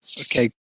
Okay